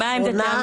מה עמדתם?